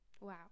wow